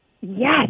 Yes